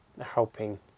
helping